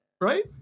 Right